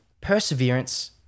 perseverance